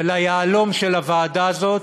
וליהלום של הוועדה הזאת,